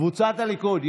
קבוצת הליכוד,